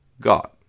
God